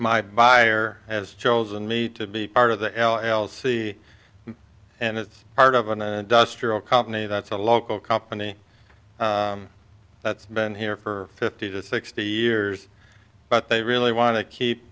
my buyer has chosen me to be part of the l l c and it's part of an industrial company that's a local company that's been here for fifty to sixty years but they really want to keep